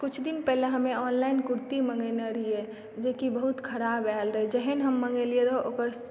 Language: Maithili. कुछ दिन पहिले हमे ऑनलाइन कुर्ती मंगयने रहियै जेकि बहुत खराब आयल रहय जेहन मंगेलियै रहऽ ओकर